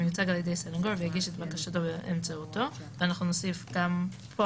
מיוצג על ידי סניגור והגיש את בקשתו באמצעותו ואנחנו נוסיף גם פה,